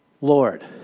Lord